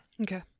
Okay